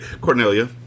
Cornelia